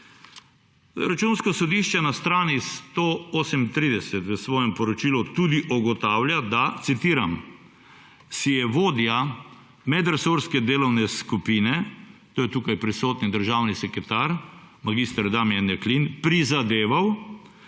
Računsko sodišče na strani 138 v svojem poročilu tudi ugotavlja, citiram, da »si je vodja medresorske delovne skupine,« – to je tukaj prisotni državni sekretar mag. Damjan Jaklin – »prizadeval,